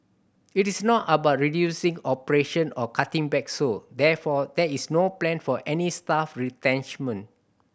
it is not about reducing operation or cutting back so therefore there is no plan for any staff retrenchment